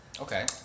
Okay